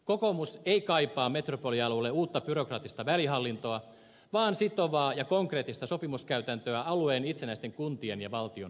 kokoomus ei kaipaa metropolialueelle uutta byrokraattista välihallintoa vaan sitovaa ja konkreettista sopimuskäytäntöä alueen itsenäisten kuntien ja valtion välille